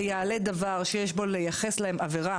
שיעלה דבר שיש בו לייחס להם עבירה,